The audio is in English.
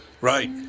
Right